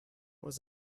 was